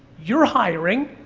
you're hiring,